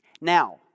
Now